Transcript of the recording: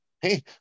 hey